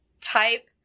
type